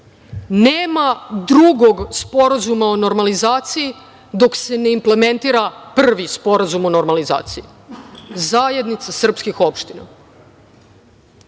Nema drugog sporazuma o normalizaciji dok se ne implementira Prvi sporazum o normalizaciji - zajednica srpskih opština.